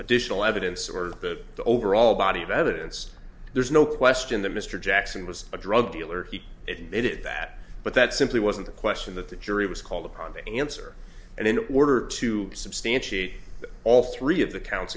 additional evidence or the overall body of evidence there's no question that mr jackson was a drug dealer he admitted that but that simply wasn't the question that the jury was called upon to answer and in order to substantiate all three of the counts